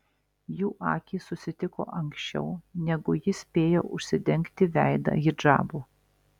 jų akys susitiko anksčiau negu ji spėjo užsidengti veidą hidžabu